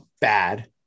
bad